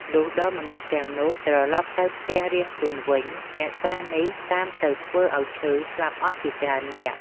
លុះដល់មនុស្សទាំងនោះ ត្រឡប់ទៅផ្ទះរៀងខ្លួនវិញ អ្នកតានេះតាមទៅធ្វើឲ្យឈឺ ស្លាប់អស់ជាច្រើននាក់ ។